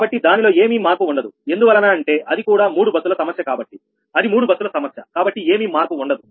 కాబట్టి దానిలో ఏమీ మార్పు ఉండదు ఎందువలన అంటే అది కూడా 3 బస్సుల సమస్య కాబట్టి అది మూడు బస్సులు సమస్య కాబట్టి ఏమీ మార్పు ఉండదు